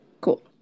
Cool